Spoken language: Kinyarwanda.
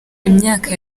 imyaka